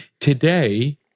Today